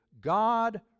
God